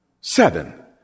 Seven